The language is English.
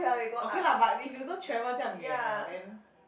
okay lah but if you 都 travel 这样远 liao then